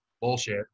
Bullshit